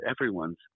everyone's